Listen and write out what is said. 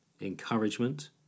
encouragement